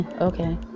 Okay